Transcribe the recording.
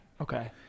Okay